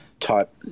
type